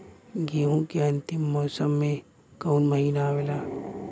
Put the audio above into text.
गेहूँ के अंतिम मौसम में कऊन महिना आवेला?